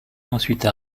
ensuite